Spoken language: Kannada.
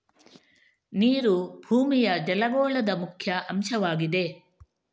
ನೀರು ಭೂಮಿಯ ಜಲಗೋಳದ ಮುಖ್ಯ ಅಂಶವಾಗಿದೆ